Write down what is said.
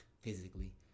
physically